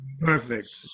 Perfect